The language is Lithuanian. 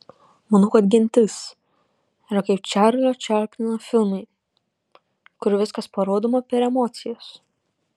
manau kad gentis yra kaip čarlio čaplino filmai kur viskas parodoma per emocijas